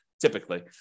typically